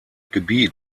gebiet